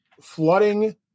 flooding